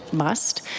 must.